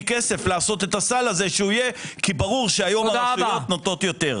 כסף לעשות את הסל הזה שיהיה כי ברור שהיום הרשויות נותנות יותר.